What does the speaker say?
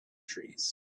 trees